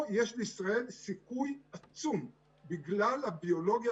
פה יש לישראל סיכוי עצום בגלל הביולוגיה